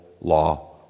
law